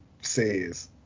says